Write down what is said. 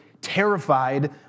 terrified